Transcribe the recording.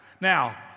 Now